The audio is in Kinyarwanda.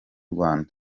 rwanda